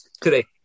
today